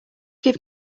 give